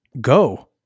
go